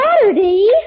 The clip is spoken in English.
Saturday